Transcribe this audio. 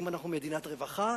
האם אנחנו מדינת רווחה.